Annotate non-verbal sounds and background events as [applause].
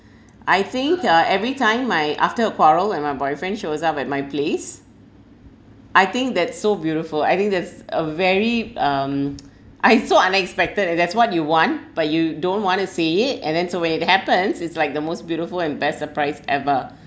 I think uh every time my after a quarrel when my boyfriend shows up at my place I think that's so beautiful I think that's a very um [noise] I so unexpected and that's what you want but you don't want to say it and then so when it happens it's like the most beautiful and best surprise ever